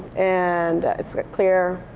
and it's clear,